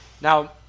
Now